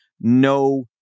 No